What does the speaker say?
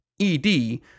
ed